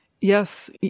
Yes